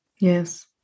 Yes